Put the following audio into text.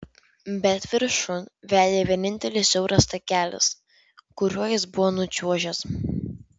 bet viršun vedė vienintelis siauras takelis kuriuo jis buvo nučiuožęs